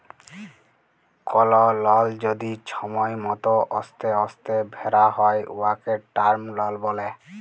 call লল যদি ছময় মত অস্তে অস্তে ভ্যরা হ্যয় উয়াকে টার্ম লল ব্যলে